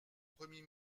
premier